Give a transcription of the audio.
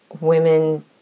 women